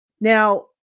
Now